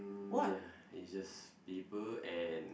mm ya it's just paper and